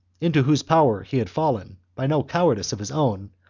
into whose power he had fallen, by no cowardice of his own,